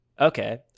Okay